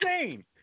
insane